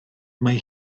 mae